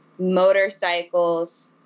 motorcycles